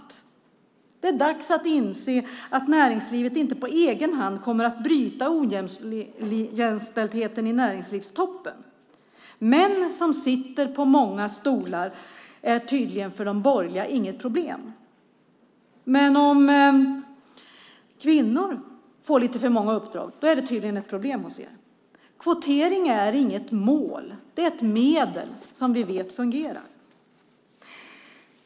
Det är dags att inse att näringslivet inte på egen hand kommer att bryta ojämställdheten i näringslivstoppen. Män som sitter på många stolar är tydligen inget problem för de borgerliga. Men om kvinnor får lite för många uppdrag är det tydligen ett problem hos er. Kvotering är inget mål utan ett medel som vi vet fungerar.